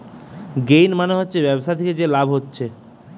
gain মানে হচ্ছে ব্যবসা থিকে যে লাভ হচ্ছে